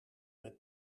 met